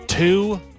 Two